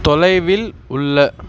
தொலைவில் உள்ள